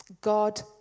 God